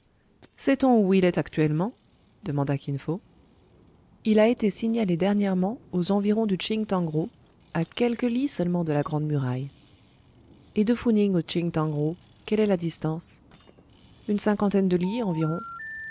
sait-on où il est actuellement demanda kin fo il a été signalé dernièrement aux environs du tsching tang ro à quelques lis seulement de la grande muraille et de fou ning au tsching tang ro quelle est la distance une cinquantaine de lis environ